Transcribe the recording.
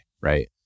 Right